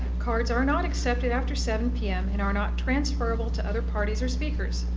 cards are not accepted after seven p m. and are not transferrable to other parties or speakers.